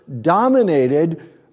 dominated